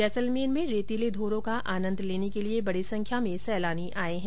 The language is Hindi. जैसलमेर में रेतीले धोरों का आनन्द लेने के लिए बड़ी संख्या में सैलानी आये हैं